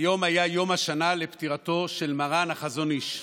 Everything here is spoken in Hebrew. היום היה יום השנה לפטירתו של מרן החזון איש,